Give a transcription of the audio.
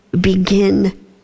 begin